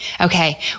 Okay